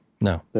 No